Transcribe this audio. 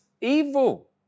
evil